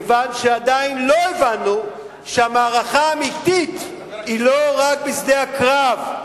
כיוון שעדיין לא הבנו שהמערכה האמיתית היא לא רק בשדה הקרב,